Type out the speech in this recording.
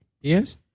Yes